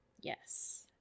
yes